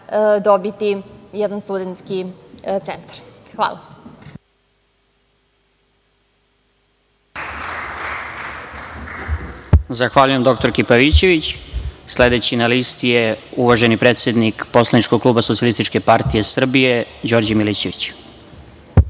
dobiti jedan studenski centar. Hvala.